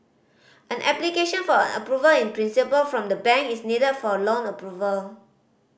an application for an Approval in Principle from the bank is needed for a loan approval